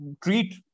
treat